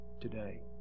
today